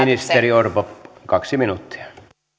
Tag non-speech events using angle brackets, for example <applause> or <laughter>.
<unintelligible> ministeri orpo kaksi minuuttia